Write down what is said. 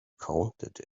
counted